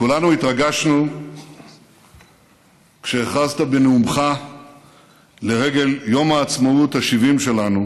כולנו התרגשנו כשהכרזת בנאומך לרגל יום העצמאות ה-70 שלנו: